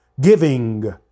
giving